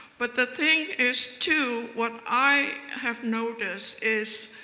but the thing is too, what i have noticed is